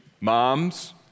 Moms